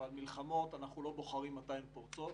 אבל מלחמות אנחנו לא בוחרים מתי הן פורצות